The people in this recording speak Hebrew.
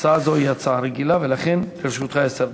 שהצעה זו היא הצעה רגילה, ולכן לרשותך עשר דקות.